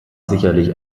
sicherlich